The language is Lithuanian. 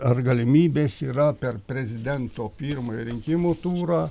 ar galimybės yra per prezidento pirmąjį rinkimų turą